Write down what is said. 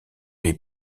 lui